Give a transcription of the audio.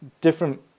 different